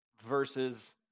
versus